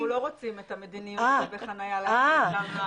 אנחנו לא רוצים את המדיניות לגבי חניה להשליך לגבי המרינות.